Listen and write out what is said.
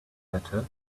better